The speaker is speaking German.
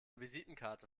visitenkarte